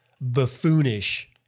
buffoonish